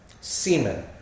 Semen